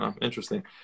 interesting